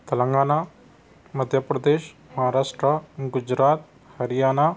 Telangana Madhya Pradesh Maharashtra Gujarat Haryana